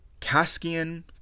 Kaskian